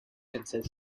consist